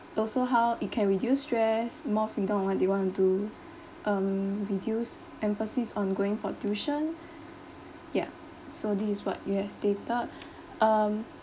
also how it can reduce stress more freedom on what they want to do um reduce emphasis on going for tuition ya so this is what you had stated um